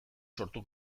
sortu